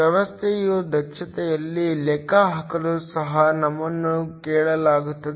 ವ್ಯವಸ್ಥೆಯ ದಕ್ಷತೆಯನ್ನು ಲೆಕ್ಕಹಾಕಲು ಸಹ ನಮ್ಮನ್ನು ಕೇಳಲಾಗುತ್ತದೆ